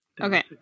Okay